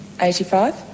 eighty-five